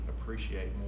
appreciate